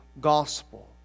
gospel